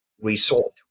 result